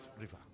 river